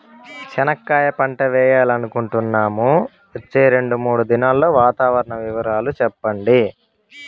చెనక్కాయ పంట వేయాలనుకుంటున్నాము, వచ్చే రెండు, మూడు దినాల్లో వాతావరణం వివరాలు చెప్పండి?